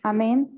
Amen